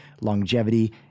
longevity